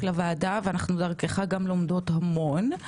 לוועדה ואנחנו דרכך גם לומדות המון,